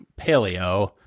paleo